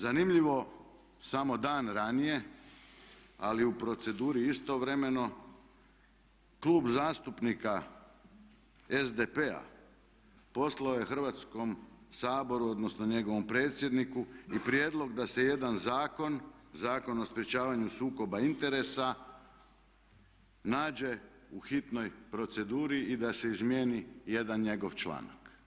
Zanimljivo samo dan ranije, ali u proceduri istovremeno Klub zastupnika SDP-a poslao je Hrvatskom saboru, odnosno njegovom predsjedniku i prijedlog da se jedan zakon, Zakon o sprječavanju sukoba interesa nađe u hitnoj proceduri i da se izmijeni jedan njegov članak.